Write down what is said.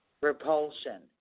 Repulsion